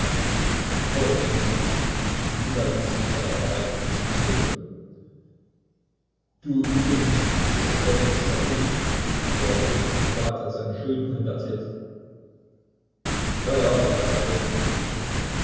allerdings mikita ließ sich in seiner arbeit nicht stören du übrigens ist das geld jetzt sehr billig der russische staat hat seine schulden konvertiert ja ja ich weiß schon